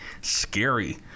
Scary